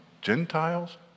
Gentiles